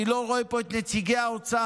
אני לא רואה פה את נציגי האוצר,